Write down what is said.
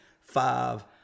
five